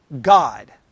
God